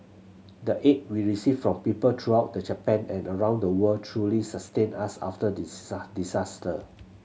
the aid we received from people throughout the Japan and around the world truly sustained us after the disaster